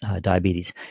diabetes